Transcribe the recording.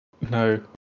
No